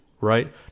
right